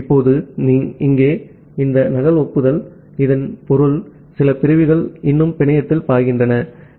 இப்போது இங்கே இந்த நகல் ஒப்புதல் இதன் பொருள் சில பிரிவுகள் இன்னும் பிணையத்தில் பாய்கின்றன